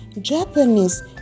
Japanese